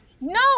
No